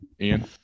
Ian